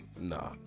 Nah